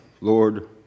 Lord